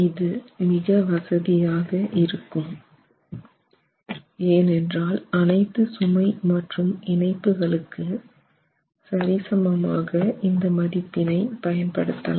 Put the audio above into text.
இது மிக வசதியாக இருக்கும் ஏனென்றால் அனைத்து சுமை மற்றும் இணைப்புகளுக்கு சரிசமமாக இந்த மதிப்பினை பயன் படுத்தலாம்